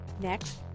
Next